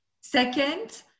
Second